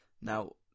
Now